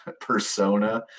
persona